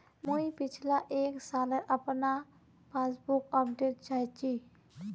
मुई पिछला एक सालेर अपना पासबुक अपडेट चाहची?